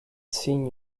seen